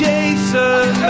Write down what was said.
Jason